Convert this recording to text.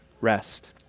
rest